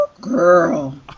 girl